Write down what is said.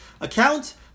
account